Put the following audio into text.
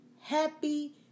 happy